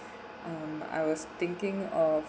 um I was thinking of